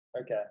Okay